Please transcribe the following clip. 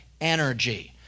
energy